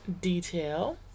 detail